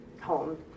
home